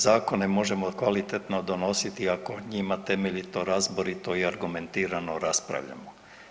Zakone možemo kvalitetno donositi ako o njima temeljito, razborito i argumentiramo raspravljamo.